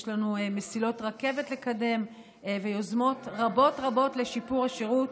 יש לנו מסילות רכבת לקדם ויוזמות רבות רבות לשיפור השירות,